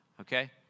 okay